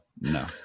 no